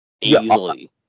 easily